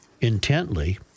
intently